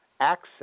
access